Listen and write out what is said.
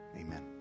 amen